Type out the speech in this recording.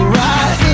right